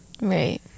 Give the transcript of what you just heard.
Right